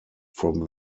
from